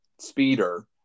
speeder